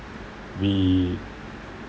we